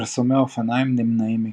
פרסומי אופנועים נמנעים מכך.